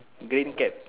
green cap